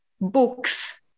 books